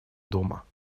дома